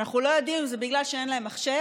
ואנחנו לא יודעים אם זה בגלל שאין להם מחשב,